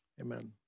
Amen